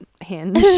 Hinge